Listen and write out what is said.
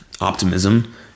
optimism